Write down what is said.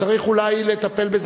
צריך אולי לטפל בזה,